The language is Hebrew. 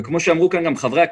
כמו שאמרו כאן חברי הכנסת,